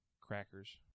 Crackers